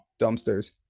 dumpsters